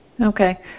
Okay